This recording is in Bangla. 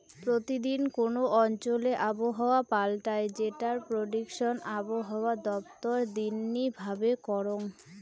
প্রতি দিন কোন অঞ্চলে আবহাওয়া পাল্টায় যেটার প্রেডিকশন আবহাওয়া দপ্তর দিননি ভাবে করঙ